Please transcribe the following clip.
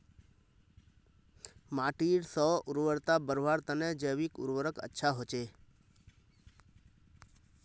माटीर स्व उर्वरता बढ़वार तने जैविक उर्वरक अच्छा होचे